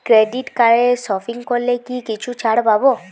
Credit কার্ডে shopping করলে কি কিছু ছাড় পাব?